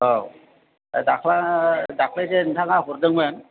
औ बे दाख्लि दाख्लि जे नोंथाङा हरदोंमोन